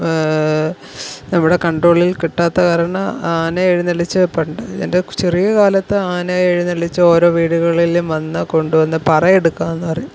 നമ്മുടെ കൺട്രോളിൽ കിട്ടാത്ത കാരണം ആനയെ എഴുന്നള്ളിച്ച് പണ്ട് എൻ്റെ ചെറിയ കാലത്ത് ആനയെ എഴുന്നള്ളിച്ച് ഓരോ വീടുകളിലും വന്നു കൊണ്ടു വന്നു പറയെടുക്കുകയെന്നു പറയും